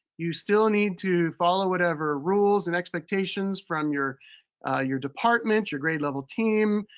you still need to follow whatever rules and expectations from your your department, your grade level team,